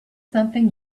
something